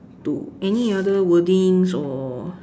two any other wordings or